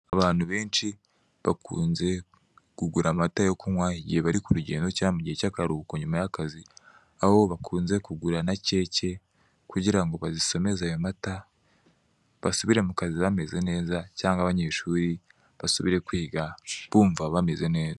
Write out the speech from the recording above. Abantu benshi bakunze kugura amata yo kunywa igihe bari ku rugendo cyangwa mu gihe cya karuhuko nyuma y'akazi, aho bakunze kugura na keke kugira ngo bazisomeze ayo mata, basubire mu kazi bameze neza cyangwa abanyeshuri basubire kwiga bumva bameze neza.